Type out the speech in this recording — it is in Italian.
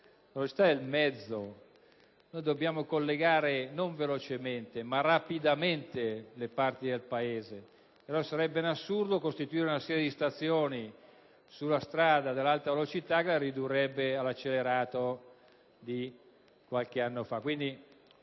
ma il mezzo; dobbiamo collegare non velocemente, ma rapidamente le parti del Paese: sarebbe un assurdo costruire una serie di stazioni sulla strada dell'Alta velocità che la ridurrebbe all'accelerato di qualche anno fa.